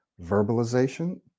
Verbalization